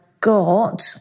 got